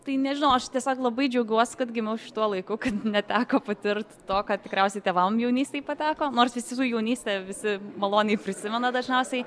tai nežinau aš tiesiog labai džiaugiuos kad gimiau šituo laiku kad neteko patirt to ką tikriausiai tėvam jaunystėj pateko nors visi su jaunyste visi maloniai prisimena dažniausiai